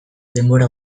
denbora